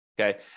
okay